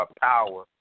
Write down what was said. power